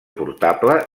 portable